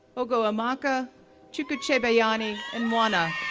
ogoamaka chukwuchebeanyi and nwana,